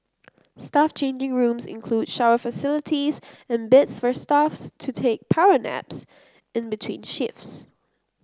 staff changing rooms include shower facilities and beds for staffs to take power naps in between shifts